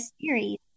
series